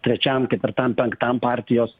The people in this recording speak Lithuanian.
trečiam ketvirtam penktam partijos